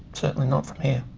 certainly not from here.